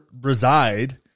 reside